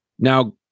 Now